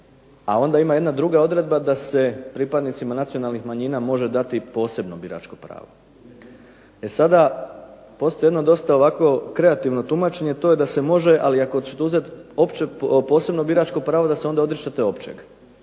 a onda ima jedna druga odredba da se pripadnicima nacionalnih manjina može dati posebno biračko pravo. E sada, postoji jedno dosta ovako kreativno tumačenje, a to je da se može, ali ako ćete uzeti posebno biračko pravo da se onda odričete općeg.